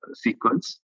sequence